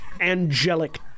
angelic